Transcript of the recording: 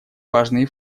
важные